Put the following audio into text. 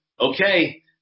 okay